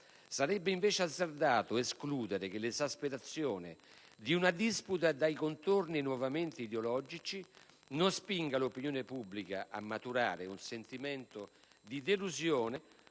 Sarebbe invece azzardato escludere che l'esasperazione di una disputa dai contorni nuovamente ideologici non spinga l'opinione pubblica a maturare un sentimento di delusione